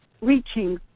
reaching